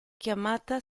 chiamata